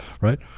Right